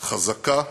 חזקה,